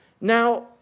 Now